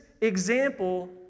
example